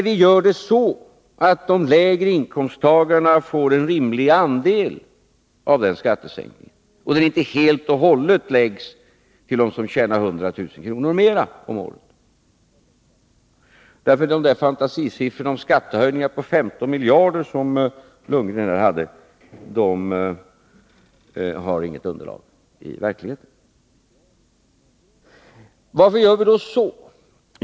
Vi gör sänkningen så att de som har lägre inkomster får en rimlig andel av den skattesänkningen. Den gynnar inte helt och hållet dem som tjänar 100000 kr. och mera om året. De fantasisiffror om skattehöjningar på 15 miljarder som Bo Lundgren här nämnde har inget underlag i verkligheten. Varför gör vi då så?